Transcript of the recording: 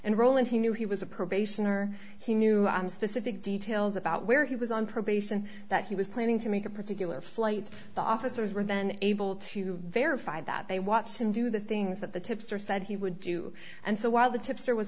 and roland he knew he was a probation or he knew specific details about where he was on probation that he was planning to make a particular flight the officers were then able to verify that they watched him do the things that the tipster said he would do and so while the tipster was